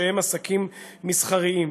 שהם עסקים מסחריים.